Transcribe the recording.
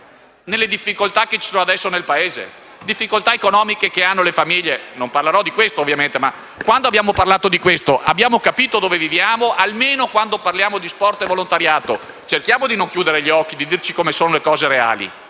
le difficoltà che ci sono adesso nel Paese, le difficoltà economiche che hanno le famiglie? Non parlerò di questo, ovviamente, ma quando ne abbiamo parlato, abbiamo capito dove viviamo? Almeno quando parliamo di sport e volontariato cerchiamo di non chiudere gli occhi e di dirci come stanno davvero le